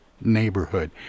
neighborhood